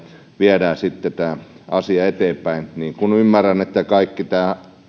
viedään sitten asia eteenpäin ymmärrän että kaikki